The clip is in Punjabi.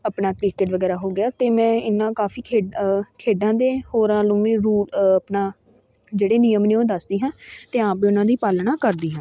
ਆਪਣਾ ਕ੍ਰਿਕੇਟ ਵਗੈਰਾ ਹੋ ਗਿਆ ਅਤੇ ਮੈਂ ਇੰਨਾ ਕਾਫੀ ਖੇ ਖੇਡਾਂ ਦੇ ਹੋਰਾਂ ਆਪਣਾ ਜਿਹੜੇ ਨਿਯਮ ਨੇ ਉਹ ਦੱਸਦੀ ਹਾਂ ਅਤੇ ਆਪ ਵੀ ਉਹਨਾਂ ਦੀ ਪਾਲਣਾ ਕਰਦੀ ਹਾਂ